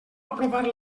aprovar